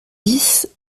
dix